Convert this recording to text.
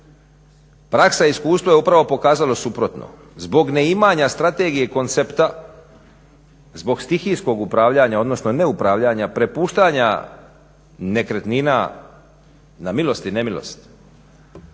Praksa i iskustvo je upravo pokazalo suprotno, zbog neimanja strategije i koncepta, zbog stihijskog upravljanja odnosno neupravljanja, prepuštanja nekretnina na milost i ne milost,